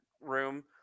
room